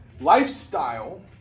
lifestyle